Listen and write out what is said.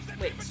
Wait